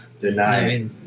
Deny